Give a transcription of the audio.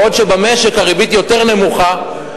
בעוד במשק הריבית יותר נמוכה,